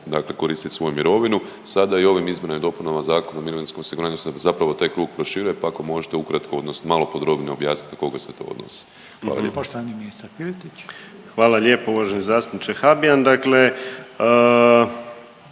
koristiti svoju mirovinu. Sada i ovim izmjenama i dopunama Zakona o mirovinskom osiguranju se zapravo taj krug proširuje pa ako možete ukratko odnosno malo podrobnije objasniti na koga se to odnosi. Hvala lijepa. **Reiner, Željko